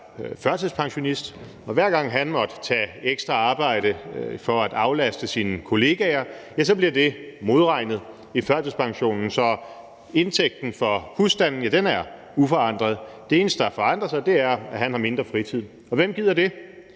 førtidspensionist, og hver gang han måtte tage ekstra arbejde for at aflaste sine kollegaer, ja, så bliver det modregnet i førtidspensionen, så indtægten for husstanden er uforandret. Det eneste, der forandrer sig, er, at han har mindre fritid. Og hvem gider det?